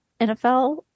NFL